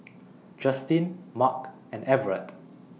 Justin Marc and Everette